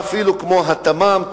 ואפילו כמו התמ"מ,